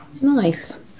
nice